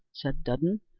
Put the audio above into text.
said dudden,